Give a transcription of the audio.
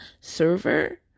server